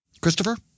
Christopher